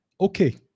Okay